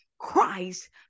Christ